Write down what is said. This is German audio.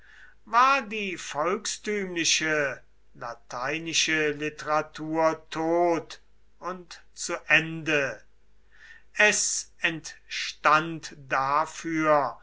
war die volkstümliche lateinische literatur tot und zu ende es entstand dafür